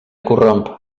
corromp